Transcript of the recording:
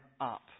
up